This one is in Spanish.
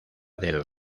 del